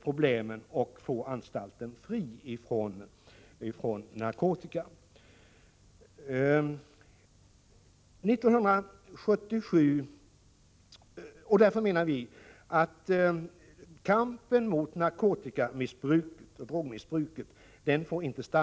dem och få anstalten fri från narkotika. Kampen mot drogmissbruket får enligt vår mening inte upphöra.